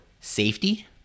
safety